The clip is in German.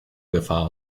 gefahr